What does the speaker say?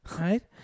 Right